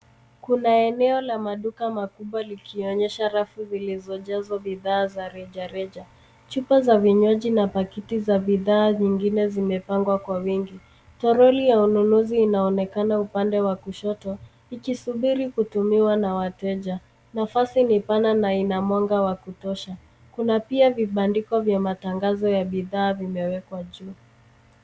Kuna eneo la maduka makubwa likionyesha rafu zilizojazwa bidhaa za rejareja. Chupa za vinywaji na pakiti za bidhaa zingine zimepangwa kwa wingi. Toroli ya ununuzi inaonekana upande wa kushoto ikisubiri kutumiwa na wateja. Nafasi ni pana na ina mwanga wa kutosha. Kuna pia vibandiko vya matangazo ya bidhaa vimewekwa juu.